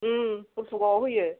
उम हलथुगावआव होयो